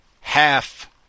half